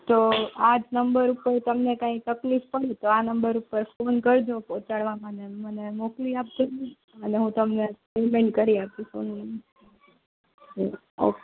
તો આ જ નંબર ઉપર તમને કાંઈ તકલીફ પડે તો આ નંબર ઉપર ફોન કરજો પોચાડાવામાં ને મને મોકલી આપજો ને એટલે હું તમને પેમેન્ટ કરી આપીસ ઓનલાઈન ઓકે